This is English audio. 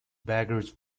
beggars